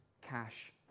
cash